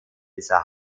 dieser